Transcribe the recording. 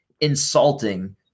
insulting